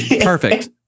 perfect